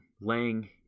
laying